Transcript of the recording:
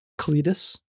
Cletus